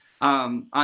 on